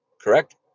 correct